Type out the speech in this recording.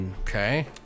Okay